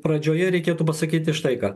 pradžioje reikėtų pasakyti štai ką